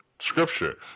scripture